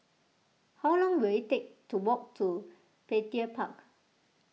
how long will it take to walk to Petir Park